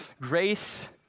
Grace